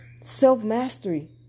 Self-mastery